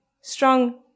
strong